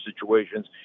situations